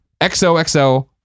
Xoxo